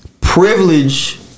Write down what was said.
privilege